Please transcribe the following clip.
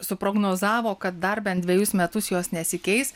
suprognozavo kad dar bent dvejus metus jos nesikeis